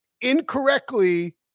incorrectly